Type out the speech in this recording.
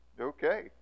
Okay